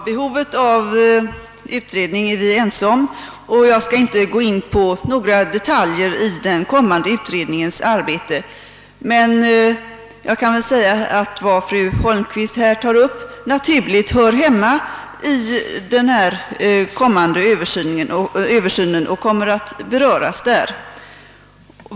Herr talman! Vi är ense om behovet av utredning, och jag skall inte gå in på några detaljer i den kommande utredningens arbete. Jag vill dock påpeka att det som fru Holmqvist här tar upp naturligt hör hemma bland de frågor som kommer att beröras vid den kommande översynen.